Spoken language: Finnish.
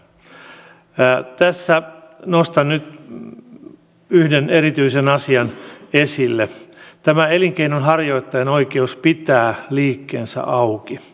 tässä nostan nyt yhden erityisen asian esille tämän elinkeinonharjoittajan oikeuden pitää liikkeensä auki